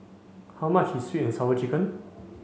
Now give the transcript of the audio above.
how much is sweet and sour chicken